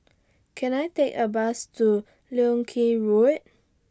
Can I Take A Bus to Leng Kee Road